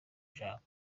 jambo